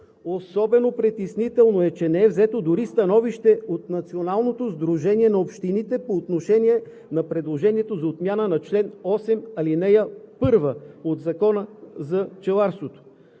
Особено притеснително е, че не взето дори становище от Националното сдружение на общините по отношение на предложението за отмяна на чл. 8, ал. 1 от Закона за пчеларството.“